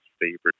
favorite